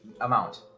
amount